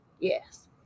Yes